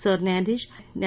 सरन्यायाधीश न्या